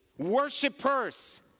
Worshippers